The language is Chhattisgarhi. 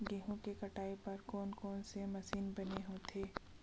गेहूं के कटाई बर कोन कोन से मशीन बने होथे?